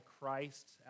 Christ